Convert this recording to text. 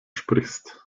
sprichst